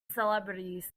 celebrities